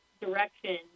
direction